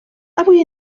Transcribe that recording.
avui